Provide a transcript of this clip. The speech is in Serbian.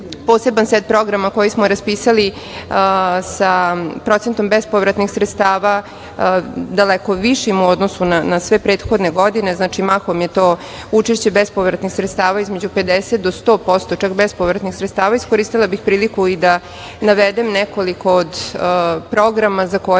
poseban set programa koji smo raspisali sa procentom bespovratnih sredstava daleko višim u odnosu na sve prethodne godine, mahom je to učešće bespovratnih sredstava između 50 do 100% čak bespovratnih sredstava. Iskoristila bih priliku i da navedem nekoliko programa za koje